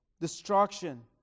destruction